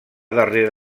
darrere